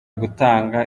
gutanga